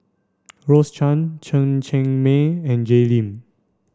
Rose Chan Chen Cheng Mei and Jay Lim